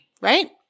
right